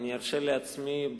ארשה לעצמי,